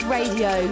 Radio